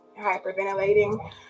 hyperventilating